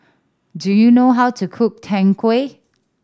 do you know how to cook Tang Yuen